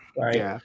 right